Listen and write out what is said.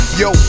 yo